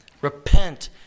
Repent